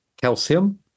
calcium